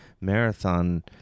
marathon